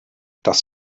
dass